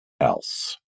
else